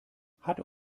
hat